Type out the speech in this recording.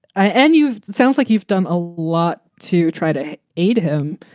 and you've sounds like you've done a lot to try to aid him.